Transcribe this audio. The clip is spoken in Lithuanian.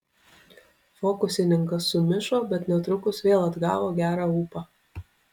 fokusininkas sumišo bet netrukus vėl atgavo gerą ūpą